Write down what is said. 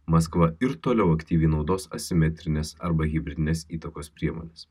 maskva ir toliau aktyviai naudos asimetrinės arba hibridinės įtakos priemones